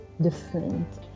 different